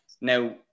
now